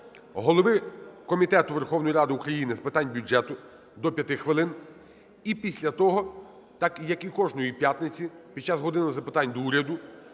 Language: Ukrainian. голови Комітету Верховної Ради України з питань бюджету - до 5 хвилин, і після того, так, як і кожної п'ятниці, під час "години запитань до Уряду"